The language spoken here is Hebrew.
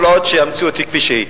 כל עוד המציאות היא כמו שהיא,